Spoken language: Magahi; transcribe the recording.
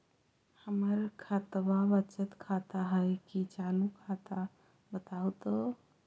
हमर खतबा बचत खाता हइ कि चालु खाता, बताहु तो?